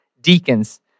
deacons